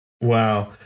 Wow